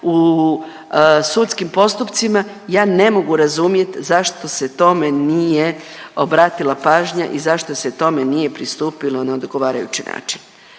u sudskim postupcima ja ne mogu razumjeti zašto se tome nije obratila pažnja i zašto se tome nije pristupilo na odgovarajući način.